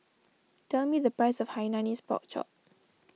tell me the price of Hainanese Pork Chop